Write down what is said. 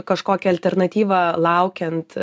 kažkokią alternatyvą laukiant